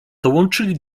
dołączyli